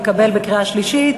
התקבלה בקריאה שלישית.